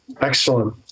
Excellent